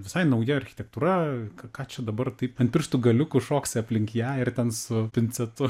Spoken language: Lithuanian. visai nauja architektūra ką ką čia dabar taip ant pirštų galiukų šoksi aplink ją ir ten su pincetu